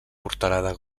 portalada